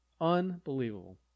Unbelievable